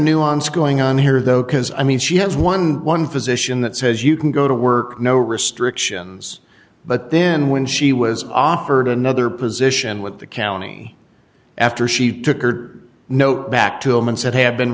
nuance going on here though because i mean she has eleven physician that says you can go to work no restrictions but then when she was offered another position with the county after she took her note back to him and said have been